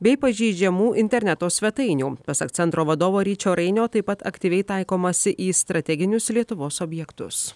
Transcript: bei pažeidžiamų interneto svetainių pasak centro vadovo ryčio rainio taip pat aktyviai taikomasi į strateginius lietuvos objektus